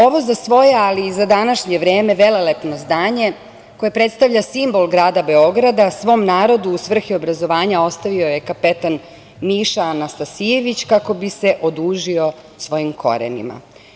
Ovo za svoje, ali i za današnje vreme, velelepno zdanje koje predstavlja simbol grada Beograda, svom narodu u svrhu obrazovanja ostavio je kapetan Miša Anastasijević, kako bi se odužio svojim korenima.